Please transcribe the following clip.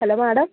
hello madam